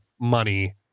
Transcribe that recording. money